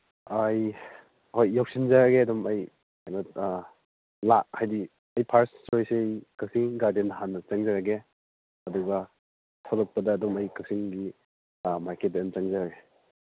ꯑꯩ ꯍꯣꯏ ꯌꯧꯁꯤꯟꯖꯔꯒꯦ ꯑꯗꯨꯝ ꯑꯩ ꯀꯩꯅꯣ ꯍꯥꯏꯗꯤ ꯑꯩ ꯐꯔꯁ ꯆꯣꯏꯁꯁꯤ ꯀꯛꯆꯤꯡ ꯒꯥꯔꯗꯦꯟ ꯍꯥꯟꯅ ꯆꯪꯖꯔꯒꯦ ꯑꯗꯨꯒ ꯊꯣꯛꯂꯛꯄꯗ ꯑꯗꯨꯝ ꯑꯩ ꯀꯛꯆꯤꯡꯒꯤ ꯃꯥꯔꯀꯦꯠꯇ ꯑꯗꯨꯝ ꯆꯪꯖꯔꯒꯦ